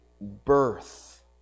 birth